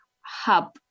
hub